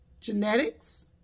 Genetics